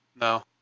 No